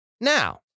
Now